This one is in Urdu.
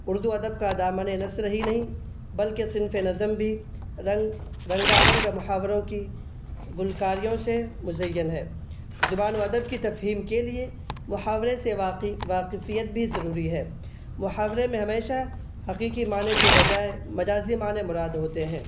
اردو ادب کا دامن نثر ہی نہیں بلکہ صنف نظم بھی رنگ رنگا رنگ محاوروں کی گلکاریوں سے مزین ہے زبان و ادب کی تفہیم کے لیے محاورے سے واقفیت بھی ضروری ہے محاورے میں ہمیشہ حقیقی معنی کے بجائے مجازی معنی مراد ہوتے ہیں